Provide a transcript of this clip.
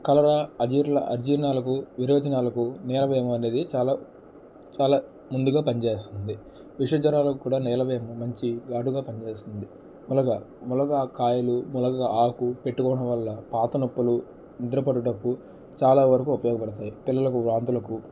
కలరా అజిరాల అజీర్నాలకు విరోచనాలకు నీలవేణి అనేది చాలా చాలా ముందుగా పని చేస్తుంది విష జ్వరాలకు కూడా నీలవేణి మంచి ఘాటుగా పని చేస్తుంది ములగ ములగ కాయలు ములక ఆకు పెట్టుకోవడం వల్ల పాత నొప్పులు నిద్ర పడుటకు చాలా వరకు ఉపయోగపడతాయి పిల్లలకు వాంతులకు